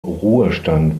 ruhestand